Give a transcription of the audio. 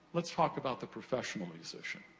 let's talk about the professional musician.